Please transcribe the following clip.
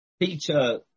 Peter